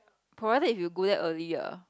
provided if you go there early lah